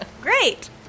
Great